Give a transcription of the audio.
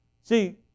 See